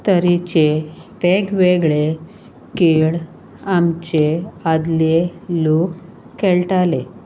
तरेचे वेगवेगळे खेळ आमचे आदले लोक खेळटाले